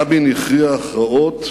רבין הכריע הכרעות